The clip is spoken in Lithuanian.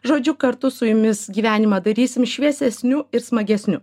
žodžiu kartu su jumis gyvenimą darysim šviesesniu ir smagesniu